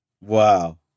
Wow